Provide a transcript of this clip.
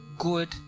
good